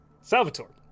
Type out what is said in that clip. Salvatore